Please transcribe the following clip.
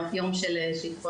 זה היה יום של שיטפונות,